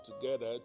together